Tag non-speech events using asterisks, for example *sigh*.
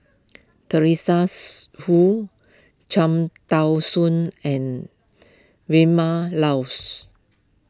Teresa *unintelligible* Hsu Cham Tao Soon and Vilma Laus